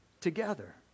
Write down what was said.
together